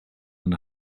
and